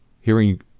hearing